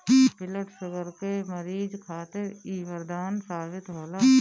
blood sugar के मरीज खातिर इ बरदान साबित होला